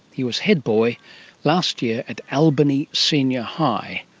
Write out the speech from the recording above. he was head boy last year at albany senior high,